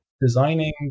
designing